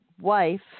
wife